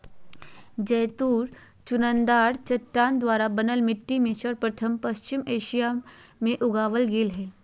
जैतून चुनादार चट्टान द्वारा बनल मिट्टी में सर्वप्रथम पश्चिम एशिया मे उगावल गेल हल